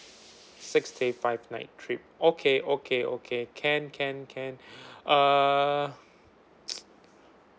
six day five night trip okay okay okay can can can uh